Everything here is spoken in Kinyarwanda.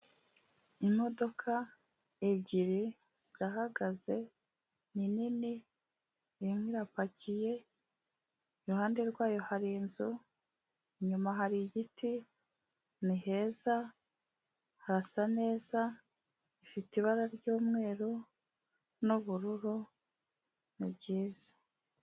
Imodoka ebyiri zirahagaze ni nini, imwe irapakiye, iruhande rwayo hari inzu, inyuma hari igiti, ni heza harasa neza, ifite ibara ry'umweru n'ubururu, ni ryiza.